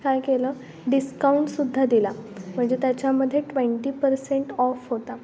काय केलं डिस्काउंटसुद्धा दिला म्हणजे त्याच्यामधे ट्वेंटी पर्सेंट ऑफ होता